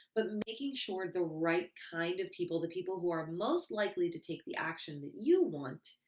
but making sure the right kind of people, the people who are most likely to take the action that you want,